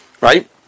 right